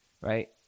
right